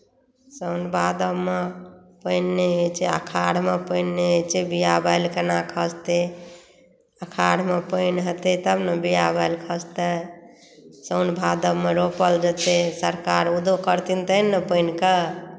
साओन भादबमे पानि नहि होइत छै आषाढ़मे पानि नहि होइत छै बीया बालि केना खसतै आषाढ़मे पानि हेतै तब ने बीया बालि खसतै साओन भादबमे रोपल जेतै सरकार उद्योग करथिन तखन ने पानिके